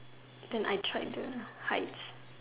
and I tried the heights